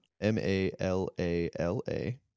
M-A-L-A-L-A